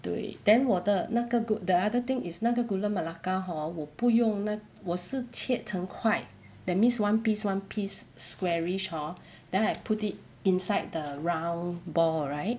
对 then 我的那个 good the other thing is 那个 gula-melaka hor 我不用那我是切成块 that means one piece one piece squarish hor then I put it inside the round ball right